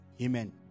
Amen